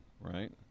right